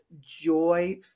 joy